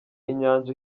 inyanja